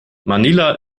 manila